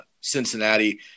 Cincinnati